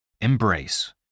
Embrace